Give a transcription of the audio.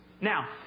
Now